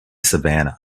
savannah